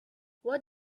what